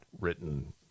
written